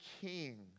king